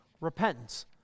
repentance